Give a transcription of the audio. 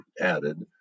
added